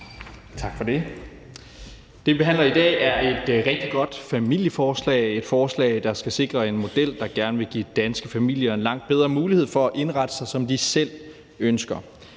beslutningsforslag, vi behandler i dag, er et rigtig godt familieforslag, der skal sikre en model, hvor man gerne vil give danske familier langt bedre mulighed for at indrette sig, som de selv ønsker.